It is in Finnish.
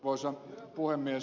arvoisa puhemies